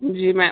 जी ma'am